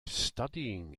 studying